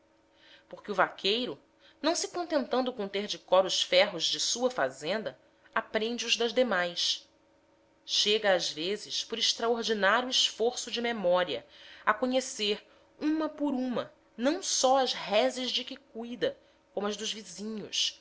porque o vaqueiro não se contentando com ter de cor os ferros de sua fazenda aprende os das demais chega às vezes por extraordinário esforço de memória a conhecer uma por uma não só as reses de que cuida como as dos vizinhos